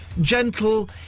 gentle